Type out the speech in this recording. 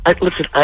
Listen